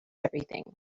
everything